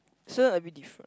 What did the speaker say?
soon a bit different